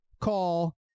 call